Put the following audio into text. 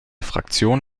fraktion